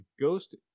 Ghost